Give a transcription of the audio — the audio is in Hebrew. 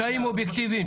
קשיים אובייקטיבים.